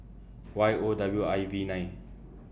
Y O W I V nine